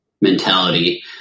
mentality